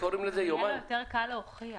יהיה לו יותר קל להוכיח,